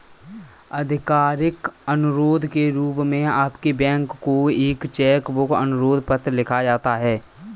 आधिकारिक अनुरोध के रूप में आपके बैंक को एक चेक बुक अनुरोध पत्र लिखा जाता है